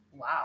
Wow